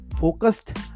focused